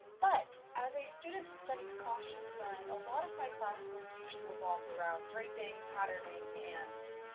but, as a student who studies costume design, a lot of my class work usually revolves around draping, patterning, and.